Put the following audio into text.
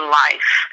life